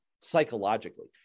psychologically